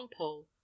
Longpole